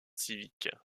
civique